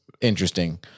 interesting